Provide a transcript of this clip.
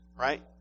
Right